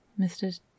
Mr